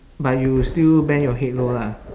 but you still bend your head low lah